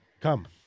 Come